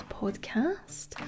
Podcast